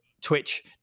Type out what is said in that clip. Twitch